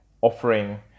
Offering